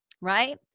Right